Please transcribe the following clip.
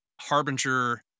Harbinger